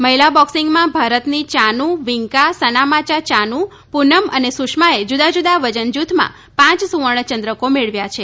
મહિલા બોક્સિંગમાં ભારતની ચાનુ વીંકા સનામાચા ચાનુ પૂનમ અને સુષમાએ જુદાં જુદાં વજનજૂથમાં પાંચ સુવર્ણચંદ્રકો મેળવ્યા છે